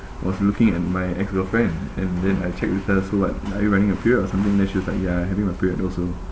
was looking at my ex girlfriend and then I check with her so what are you running your period or something then she was like ya I having my period also